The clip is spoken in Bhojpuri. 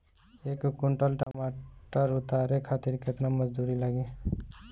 एक कुंटल टमाटर उतारे खातिर केतना मजदूरी लागी?